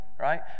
right